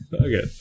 Okay